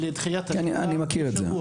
-- אני מכיר את הפרטים.